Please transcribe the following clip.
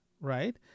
Right